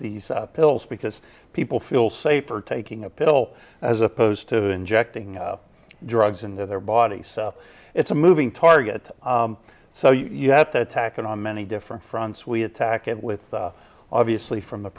these pills because people feel safer taking a pill as opposed to injecting drugs into their body so it's a moving target so you have to attack it on many different fronts we attack it with the obviously from the